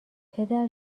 پدر